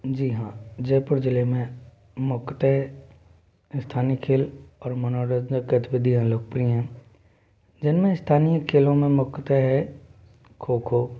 जी हाँ जयपुर जिले में मुख्यतः स्थानीय खेल और मनोरंजक गतिविधियाँ लोकप्रिय हैं जिनमे स्थानीय खेलों में मुख्यतः है खो खो